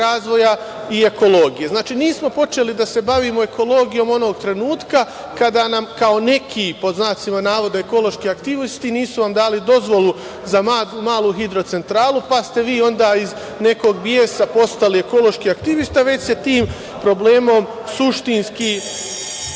i ekologije. Znači, nismo počeli da se bavimo ekologijom onog trenutka kada nam kao neki, pod znacima navoda, ekološki aktivisti nisu nam dali dozvolu za malu hidrocentralu, pa ste vi onda iz nekog besa postali ekološki aktivista, već se tim problemom suštinski